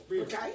okay